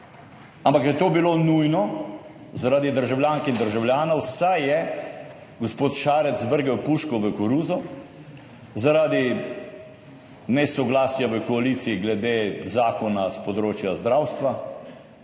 ampak je to bilo nujno zaradi državljank in državljanov, saj je gospod Šarec vrgel puško v koruzo zaradi nesoglasja v koaliciji glede zakona s področja zdravstva